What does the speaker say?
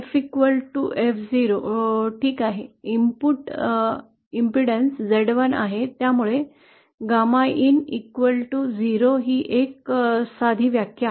F F 0 ठीक आहे input अडथळा Z1 आहे त्यामुळे गॅमा इन 0 ही एक साधी व्याख्या आहे